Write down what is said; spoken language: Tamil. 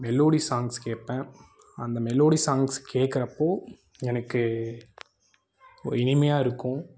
மெலோடி சாங்ஸ் கேட்பேன் அந்த மெலோடி சாங்ஸ் கேட்குறப்போ எனக்கு ஒரு இனிமையாக இருக்கும்